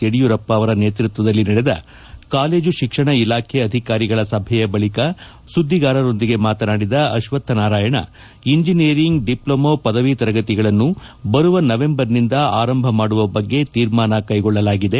ಯಡಿಯೂರಪ್ಪ ಅವರ ನೇತ್ಸತ್ತದಲ್ಲಿ ನಡೆದ ಕಾಲೇಜು ಶಿಕ್ಷಣ ಇಲಾಖೆ ಅಧಿಕಾರಿಗಳ ಸಭೆಯ ಬಳಕ ಸುದ್ದಿಗಾರರೊಂದಿಗೆ ಮಾತನಾಡಿದ ಅಶ್ವಥ್ ನಾರಾಯಣ ಇಂಜಿನಿಯರಿಂಗ್ ಡಿಪ್ಲೋಮೋ ಪದವಿ ತರಗತಿಗಳನ್ನು ಬರುವ ನವಂಬರ್ನಿಂದ ಆರಂಭ ಮಾಡುವ ಬಗ್ಗೆ ತೀರ್ಮಾನ ಕೈಗೊಳ್ಳಲಾಗಿದೆ